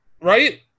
Right